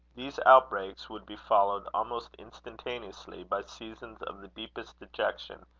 these outbreaks would be followed almost instantaneously by seasons of the deepest dejection,